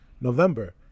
November